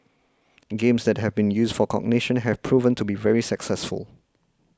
games that have been used for cognition have proven to be very successful